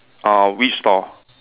uh which door